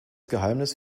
geheimnis